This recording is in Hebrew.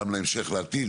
גם להמשך בעתיד,